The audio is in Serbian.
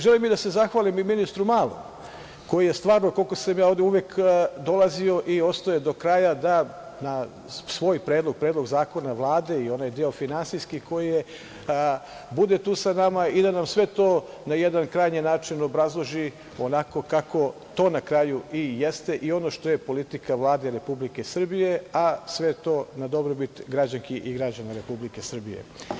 Želim da se zahvalim i ministru Malom koji je stvarno, koliko sam ja ovde, uvek dolazio i ostajao do kraja da na svoj i predlog zakona Vlade i onaj deo finansijski koji je, bude tu sa nama i da nam sve to na jedan krajnji način obrazloži onako kako to na kraju i jeste i ono što je politika Vlade Republike Srbije, a sve to na dobrobit građanki i građana Republike Srbije.